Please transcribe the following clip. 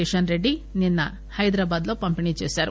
కిషన్ రెడ్లి నిన్న హైదరాబాద్లో పంపిణీ చేశారు